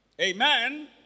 Amen